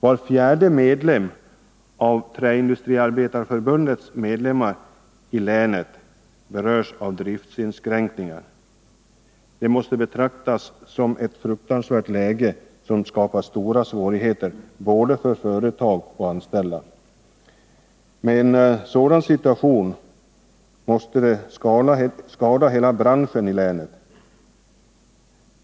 Var fjärde av Träindustriarbetareförbundets medlemmar i länet berörs av driftsinskränkningar. Det måste betraktas som ett fruktansvärt läge, som skapar stora svårigheter för både företag och anställda. En sådan situation måste skada hela branschen i länet.